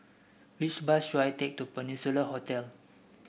which bus should I take to Peninsula Hotel